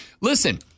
listen